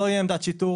לא תהיה עמדת שיטור